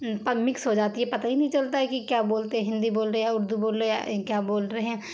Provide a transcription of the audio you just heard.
mix ہو جاتی ہے پتہ ہی نہیں چلتا ہے کہ کیا بولتے ہندی بول رہے یا اردو بول رہے کیا بول رہے ہیں